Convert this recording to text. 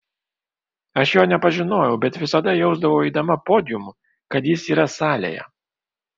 aš jo nepažinojau bet visada jausdavau eidama podiumu kad jis yra salėje